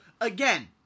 again